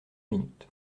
minutes